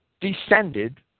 descended